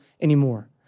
anymore